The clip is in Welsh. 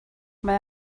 mae